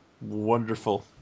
wonderful